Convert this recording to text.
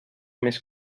més